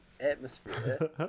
atmosphere